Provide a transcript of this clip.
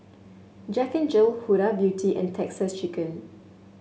Jack Jill Huda Beauty and Texas Chicken